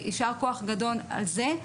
יישר כוח גדול על זה.